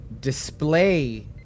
display